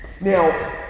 Now